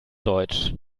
deutsch